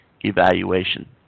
evaluation